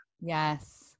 Yes